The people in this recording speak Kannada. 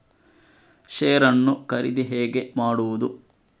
ಶೇರ್ ನ್ನು ಖರೀದಿ ಹೇಗೆ ಮಾಡುವುದು?